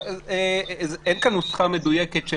אין כאן נוסחה מדויקת.